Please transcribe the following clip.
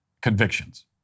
convictions